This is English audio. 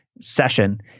session